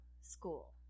school